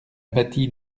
bâtie